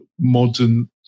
modern